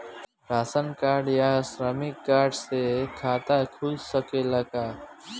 Ration card या श्रमिक card से खाता खुल सकेला का?